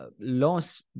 loss